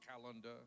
calendar